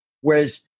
Whereas